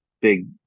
big